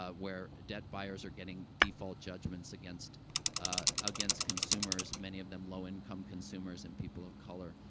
ah where debt buyers are getting default judgments against, ah against consumers, many of them low-income consumers and people of color,